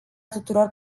tuturor